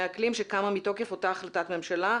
אקלים שקמה מתוקף אותה החלטת ממשלה,